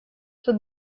тут